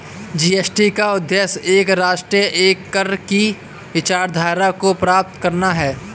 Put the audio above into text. GST का उद्देश्य एक राष्ट्र, एक कर की विचारधारा को प्राप्त करना है